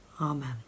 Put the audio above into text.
amen